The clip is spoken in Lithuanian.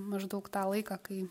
maždaug tą laiką kai